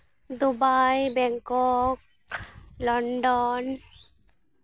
Dubai Bangkok London